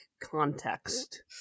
context